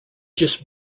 just